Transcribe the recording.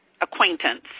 acquaintance